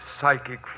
psychic